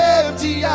empty